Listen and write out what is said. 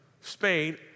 Spain